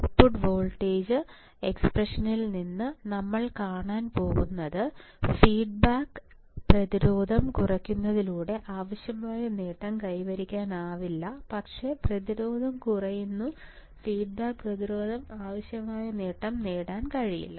output voltage എക്സ്പ്രഷനിൽ നിന്ന് നമ്മൾ കാണാൻ പോകുന്നത് ഫീഡ്ബാക്ക് പ്രതിരോധം കുറയ്ക്കുന്നതിലൂടെ ആവശ്യമായ നേട്ടം കൈവരിക്കാനാവില്ല പക്ഷേ പ്രതിരോധം കുറയുന്നു ഫീഡ്ബാക്ക് പ്രതിരോധം ആവശ്യമായ നേട്ടം നേടാൻ കഴിയില്ല